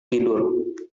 tidur